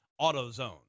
AutoZone